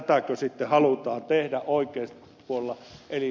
tätäkö sitten halutaan tehdä oikeistopuolella